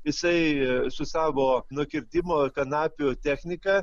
jisai su savo nukirtimo kanapių technika